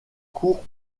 court